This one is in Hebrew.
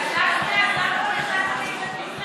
ההצעה להעביר את הצעת חוק לתיקון פקודת